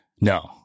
No